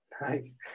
Nice